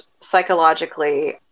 psychologically